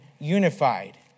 Unified